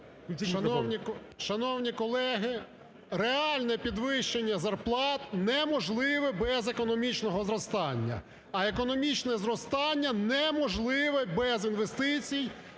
Шановні колеги, реальне підвищення зарплат неможливе без економічного зростання, а економічне зростання неможливе без інвестицій